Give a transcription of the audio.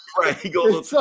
right